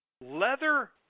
Leather